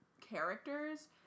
characters